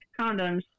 condoms